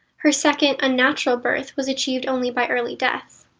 her second, unnatural birth was achieved only by early death.